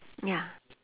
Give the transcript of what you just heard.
ya